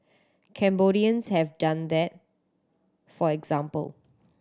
Cambodians have done that for example